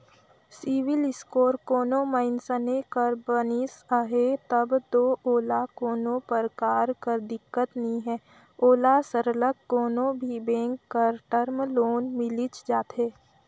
CIBIL score कोनो मइनसे कर बनिस अहे तब दो ओला कोनो परकार कर दिक्कत नी हे ओला सरलग कोनो भी बेंक कर टर्म लोन मिलिच जाथे